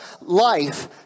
life